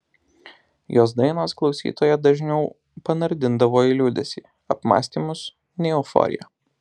jos dainos klausytoją dažniau panardindavo į liūdesį apmąstymus nei euforiją